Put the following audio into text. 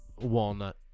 Walnut